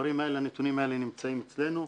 הדברים האלה נמצאים אצלנו.